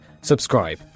subscribe